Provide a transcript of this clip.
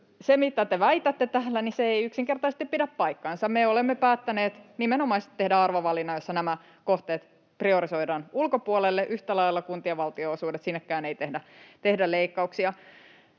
te väitätte täällä, ei yksinkertaisesti pidä paikkaansa. Me olemme päättäneet nimenomaisesti tehdä arvovalinnan, jossa nämä kohteet priorisoidaan ulkopuolelle — yhtä lailla kuntien valtionosuudet, sinnekään ei tehdä leikkauksia.